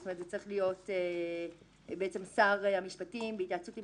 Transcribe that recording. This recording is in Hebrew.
זה צריך להיות שר המשפטים בהתייעצות עם